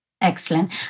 Excellent